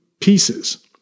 pieces